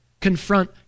confront